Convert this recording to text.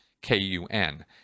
K-U-N